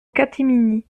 catimini